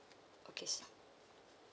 okay so